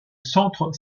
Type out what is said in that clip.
centre